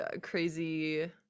crazy